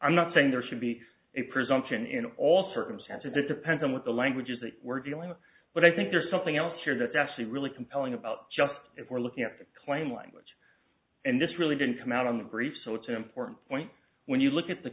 i'm not saying there should be a presumption in all circumstances it depends on what the language is that we're dealing with but i think there's something else here that's actually really compelling about just if we're looking at the claim language and this really didn't come out on the brief so it's an important point when you look at the